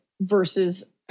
versus